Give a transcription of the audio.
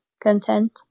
content